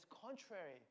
contrary